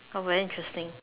oh very interesting